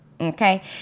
Okay